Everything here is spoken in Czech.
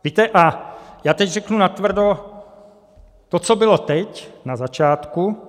Víte, a teď řeknu natvrdo to, co bylo teď na začátku.